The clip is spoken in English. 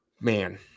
Man